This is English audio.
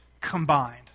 combined